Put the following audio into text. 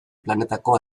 planetako